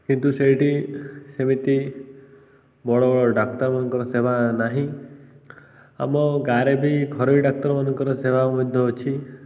କିନ୍ତୁ ସେଇଠି ସେମିତି ବଡ଼ ଡାକ୍ତରମାନଙ୍କର ସେବା ନାହିଁ ଆମ ଗାଁରେ ବି ଘରୋଇ ଡାକ୍ତରମାନଙ୍କର ସେବା ମଧ୍ୟ ଅଛି